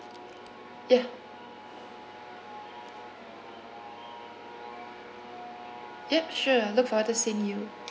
ya yup sure look forward to seeing you